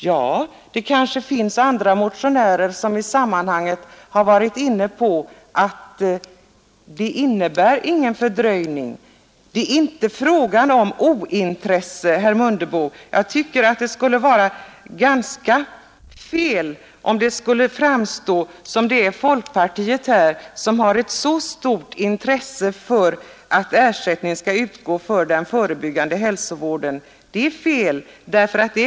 Ja, de har kanske insett att det inte innebär någon fördröjning av ärendet att resultatet av det utredningsarbete som pågår avvaktas. Det är inte fråga om ointresse, herr Mundebo. Jag tycker det vore fel om folkpartiet framstod som det enda parti som har intresse för att ersättning skall utgå för den förebyggande hälsovården.